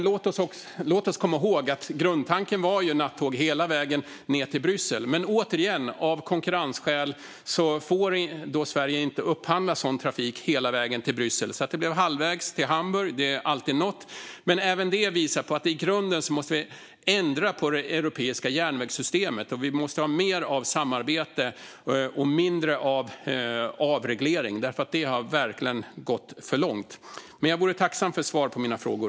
Låt oss komma ihåg att grundtanken var nattåg hela vägen ned till Bryssel. Men, återigen, av konkurrensskäl får Sverige inte upphandla sådan trafik hela vägen till Bryssel, så det blev halvvägs till Hamburg. Det är alltid något. Men även det visar på att vi i grunden måste ändra på det europeiska järnvägssystemet. Och vi måste ha mer av samarbete och mindre av avreglering, för den har verkligen gått för långt. Jag vore tacksam för svar på mina frågor.